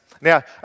Now